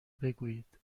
بگویید